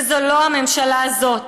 וזאת לא הממשלה הזאת.